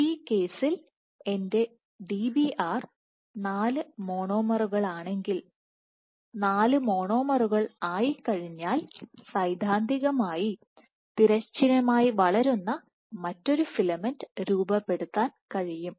ഈ കേസിൽ എന്റെ Dbr 4 മോണോമറുകളാണെങ്കിൽ 4 മോണോമറുകൾ ആയിക്കഴിഞ്ഞാൽ സൈദ്ധാന്തികമായി തിരശ്ചീനമായി വളരുന്ന മറ്റൊരു ഫിലമെന്റ് എനിക്ക് രൂപപ്പെടുത്താൻ കഴിയും